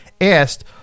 asked